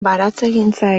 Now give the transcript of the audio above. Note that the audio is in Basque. baratzegintza